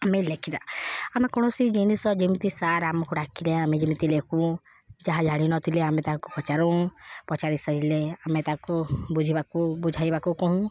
ଆମେ ଲେଖିବା ଆମେ କୌଣସି ଜିନିଷ ଯେମିତି ସାର୍ ଆମକୁ ଡାକିଲେ ଆମେ ଯେମିତି ଲେଖୁ ଯାହା ଜାଣିନଥିଲେ ଆମେ ତାକୁ ପଚାରୁ ପଚାରି ସାରିଲେ ଆମେ ତାକୁ ବୁଝିବାକୁ ବୁଝାଇବାକୁ କହୁଁ